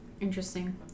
Interesting